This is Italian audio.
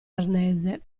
arnese